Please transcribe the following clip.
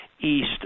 east